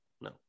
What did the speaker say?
no